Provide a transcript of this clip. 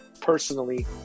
personally